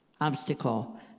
obstacle